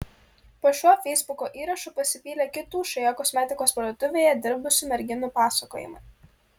po šiuo feisbuko įrašu pasipylė kitų šioje kosmetikos parduotuvėje dirbusių merginų pasakojimai